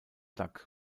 duck